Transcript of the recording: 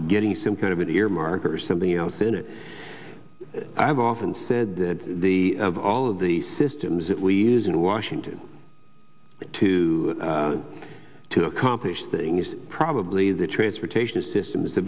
getting some kind of an earmark or something else in it i've often said of all of the systems that we use in washington to to accomplish things probably the transportation system is the